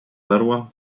perła